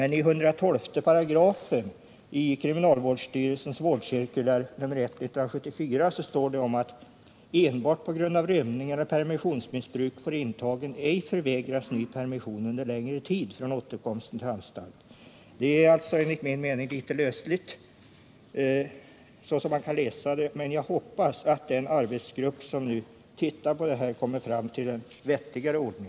I 1125 i kriminalvårdsstyrelsens vårdcirkulär nr 1/1974 står det: ”Enbart på grund av rymmning eller permissionsmissbruk får intagen ej förvägras ny permission under längre tid från återkomsten till anstalt.” Det är enligt min mening litet lösligt uttryckt, men jag hoppas att den arbetsgrupp som nu ser över bestämmelserna kommer fram till en vettigare ordning.